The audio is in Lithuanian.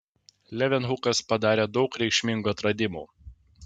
levenhukas padarė daug reikšmingų atradimų